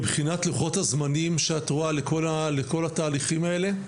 מבחינת לוחות הזמנים שאת רואה לכל התהליכים האלה?